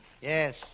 Yes